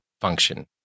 function